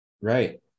Right